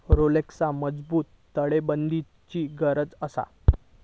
Rolls रॉइसका मजबूत ताळेबंदाची गरज आसा